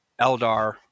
eldar